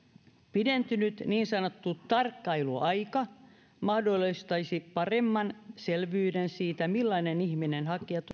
pidentynyt niin sanottu tarkkailuaika mahdollistaisi paremman selvyyden siitä millainen ihminen hakija